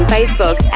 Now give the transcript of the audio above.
Facebook